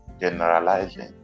generalizing